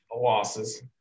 losses